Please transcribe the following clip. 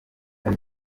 hari